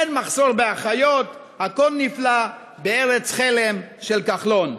אין מחסור באחיות, הכול נפלא בארץ חלם של כחלון.